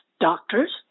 doctors